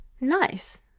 nice